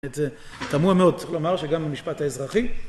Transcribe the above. את זה. תמוה מאוד, צריך לומר, שגם במשפט האזרחי...